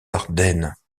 ardennes